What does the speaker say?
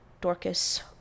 Dorcas